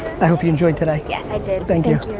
i hope you enjoyed today. yes, i did. thank you.